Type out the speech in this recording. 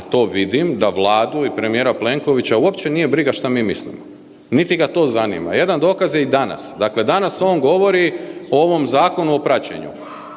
to vidim, da Vladu i premijera Plenkovića uopće nije briga što mi mislimo niti ga to zanima. Jedan dokaz je i danas. Dakle danas on govori o ovom zakonu o praćenju.